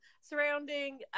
surrounding